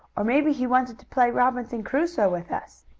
or maybe he wanted to play robinson crusoe with us.